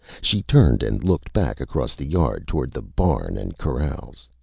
she turned and looked back across the yard towards the barn and corrals.